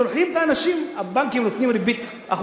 שולחים את האנשים, הבנקים נותנים ריבית 1%,